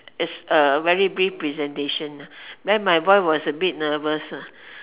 is a very brief presentation then my boy was a bit nervous lah